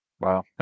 Wow